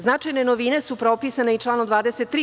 Značajne novine su propisane i u članu 23.